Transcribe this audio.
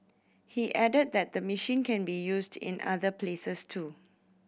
he added that the machine can be used in other places too